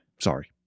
sorry